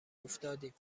افتادیم